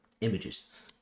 images